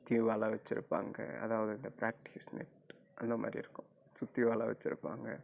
சுற்றியும் வலை வச்சு இருப்பாங்க அதாவது அந்த பிராக்டிஸ் நெட் அந்த மாதிரி இருக்கும் சுற்றியும் வலை வச்சு இருப்பாங்க